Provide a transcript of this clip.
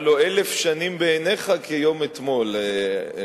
הלוא "אלף שנים בעיניך כיום אתמול".